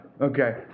Okay